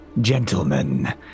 Gentlemen